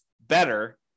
better